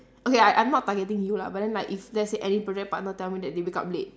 okay I I'm not targeting you lah but then like if let's say any project partner tell me that they wake up late